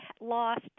lost